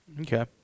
Okay